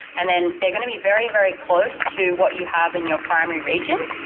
and then they're going to be very, very close to what you have in your primary region.